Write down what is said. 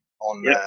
on